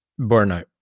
burnout